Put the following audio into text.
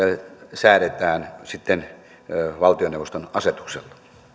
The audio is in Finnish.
säädetään sitten valtioneuvoston asetuksella